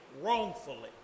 wrongfully